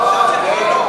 לא, לא.